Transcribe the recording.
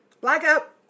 Blackout